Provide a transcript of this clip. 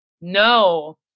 No